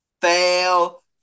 Fail